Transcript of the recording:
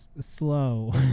slow